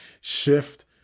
shift